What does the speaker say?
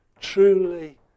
truly